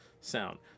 sound